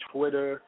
Twitter